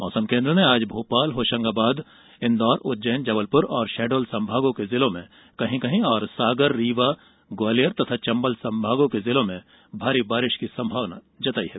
मौसम केंद्र ने आज भोपाल होषंगाबाद इंदौर उज्जैन जबलपुर षहडोल संभागों के जिलो में कहीं कहीं सागर रीवा सागर रीवा ग्वालियर एवं चंबल संभागों के जिलों में भारी बारिष की संभावना जताई है